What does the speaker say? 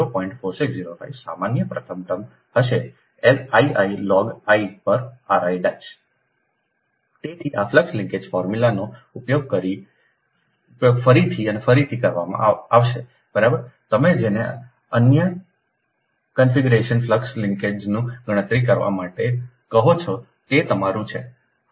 4605 સામાન્ય પ્રથમ ટર્મ હશે I i લોગ 1 પર r i' તેથી આ ફ્લક્સ લિન્કેજ ફોર્મ્યુલાનો ઉપયોગ ફરીથી અને ફરીથી કરવામાં આવશે બરાબર તમે જેને અન્ય કન્ફિગરેશનના ફ્લક્સ લિંક્સેસની ગણતરી કરવા માટે કહો છો તે તમારું છે